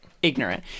ignorant